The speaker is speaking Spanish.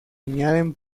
añaden